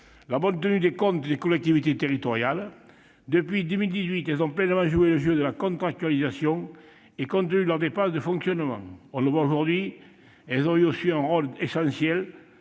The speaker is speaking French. la bonne tenue des comptes des collectivités territoriales. Depuis 2018, elles ont pleinement joué le jeu de la contractualisation et contenu leurs dépenses de fonctionnement. On le voit aujourd'hui, elles ont aussi eu un rôle essentiel